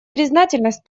признательность